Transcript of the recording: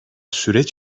süreç